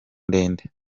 ndende